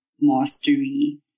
mastery